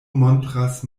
montras